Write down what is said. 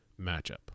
matchup